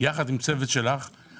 יחד עם צוות שלך.